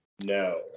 No